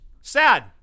Sad